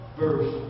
verse